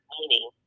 meaning